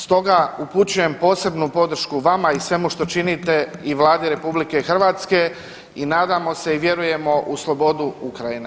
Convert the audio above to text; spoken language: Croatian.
Stoga upućujem posebnu podršku vama i svemu što činite i Vladi RH i nadamo se i vjerujemo u slobodu Ukrajine.